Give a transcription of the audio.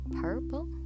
purple